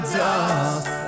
dust